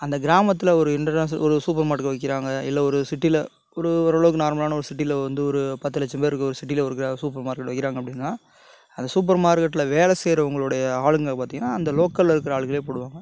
அந்த கிராமத்துல ஒரு இன்டர்நேஷ்னல் ஒரு சூப்பர் மார்க்கெட்டுக்கு வைக்கிறாங்க இல்லை ஒரு சிட்டியில ஒரு ஓரளவுக்கு நார்மலான ஒரு சிட்டியில வந்து ஒரு பத்து லட்சம் பேர் இருக்க ஒரு சிட்டியில ஒரு கிரா சூப்பர் மார்க்கெட் வைக்கிறாங்க அப்படின்னா அந்த சூப்பர் மார்க்கெட்டில வேலை செய்யறவங்களுடைய ஆளுங்க பார்த்திங்கன்னா அந்த லோக்கலில் இருக்கிற ஆளுங்களே போடுவாங்க